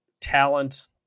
talent